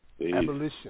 Abolition